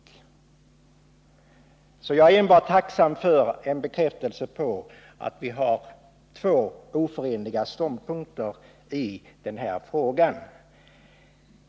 Jag är alltså enbart tacksam för denna bekräftelse på att det finns två helt oförenliga ståndpunkter i denna fråga.